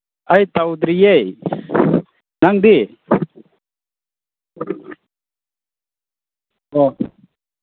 ꯑꯩ ꯇꯧꯗ꯭ꯔꯤꯌꯦ ꯅꯪꯗꯤ ꯑꯣ